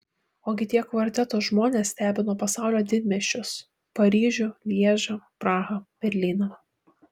ogi tie kvarteto žmonės stebino pasaulio didmiesčius paryžių lježą prahą berlyną